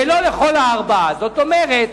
ולא לכל הארבע, זאת אומרת